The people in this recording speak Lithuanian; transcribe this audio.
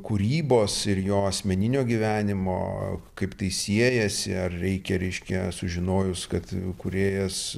kūrybos ir jo asmeninio gyvenimo kaip tai siejasi ar reikia reiškia sužinojus kad kūrėjas